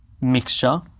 mixture